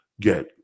get